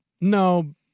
No